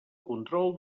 control